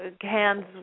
Hands